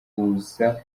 abuza